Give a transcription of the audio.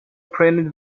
printed